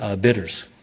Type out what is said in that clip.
bidders